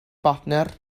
bartner